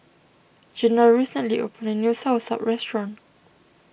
Janell recently opened a new Soursop restaurant